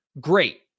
great